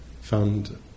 found